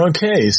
Okay